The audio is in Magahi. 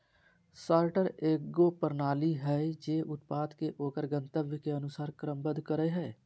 सॉर्टर एगो प्रणाली हइ जे उत्पाद के ओकर गंतव्य के अनुसार क्रमबद्ध करय हइ